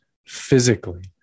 Physically